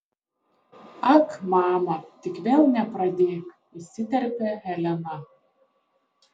ak mama tik vėl nepradėk įsiterpia helena